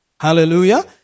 Hallelujah